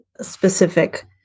specific